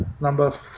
number